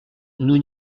nous